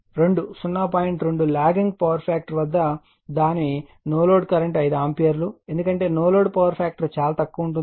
2 lagging power factor వద్ద దాని no load current 5 ampere ఎందుకంటే నో లోడ్ పవర్ ఫాక్టర్ చాలా తక్కువగా ఉంది